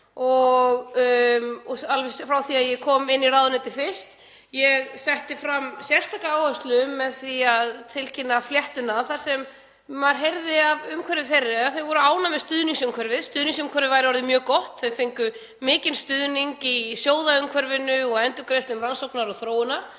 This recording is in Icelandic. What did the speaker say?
alveg frá því að ég kom fyrst í ráðuneytið. Ég setti fram sérstaka áherslu með því að tilkynna fléttuna þar sem maður heyrði af umhverfi þeirra, að þau væru ánægð með stuðningsumhverfið. Stuðningsumhverfið væri orðið mjög gott, þau fengju mikinn stuðning í sjóðaumhverfinu og endurgreiðslum rannsóknar og þróunar